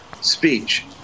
speech